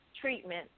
treatment